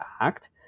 act